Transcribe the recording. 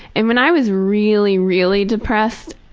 and when i was really, really depressed,